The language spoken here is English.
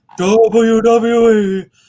WWE